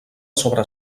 sobre